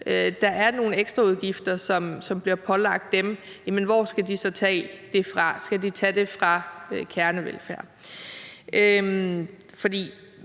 der er nogle ekstraudgifter, som bliver pålagt kommunerne. Skal de tage det fra kernevelfærd?